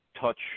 touch